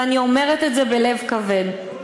ואני אומרת את זה בלב כבד.